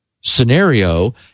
scenario